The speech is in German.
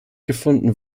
gefunden